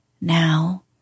Now